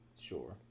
sure